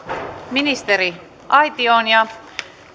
ministeriaitioon ja